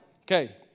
Okay